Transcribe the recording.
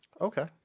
Okay